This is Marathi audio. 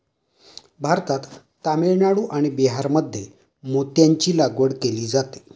भारतात तामिळनाडू आणि बिहारमध्ये मोत्यांची लागवड केली जाते